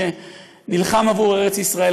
מי שנלחם עבור ארץ ישראל,